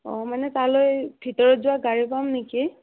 অঁ মানে তালৈ ভিতৰত যোৱা গাড়ী পাম নেকি